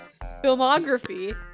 filmography